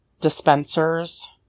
dispensers